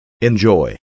Enjoy